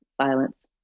silence